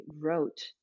wrote